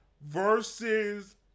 versus